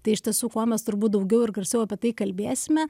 tai iš tiesų kuo mes turbūt daugiau ir garsiau apie tai kalbėsime